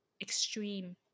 extreme